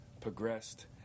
progressed